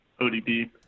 ODB